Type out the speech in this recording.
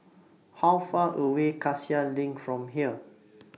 How Far away Cassia LINK from here